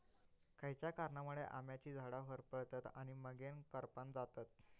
खयच्या कारणांमुळे आम्याची झाडा होरपळतत आणि मगेन करपान जातत?